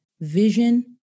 Vision